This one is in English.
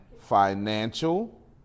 financial